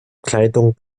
kleidung